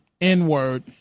N-word